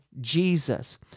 Jesus